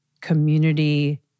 community